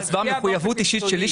המשחקים בין חברות כרטיסי האשראי,